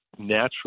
natural